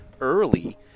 early